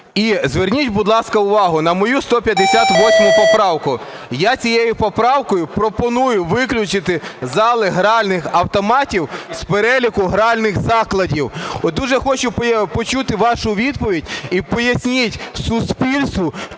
І зверніть, будь ласка, увагу, на мою 158 поправку. Я цією поправкою пропоную виключити зали гральних автоматів з переліку гральних закладів. От дуже хочу почути вашу відповідь. І поясніть суспільству,